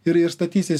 ir ir statysis